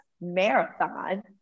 marathon